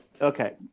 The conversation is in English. Okay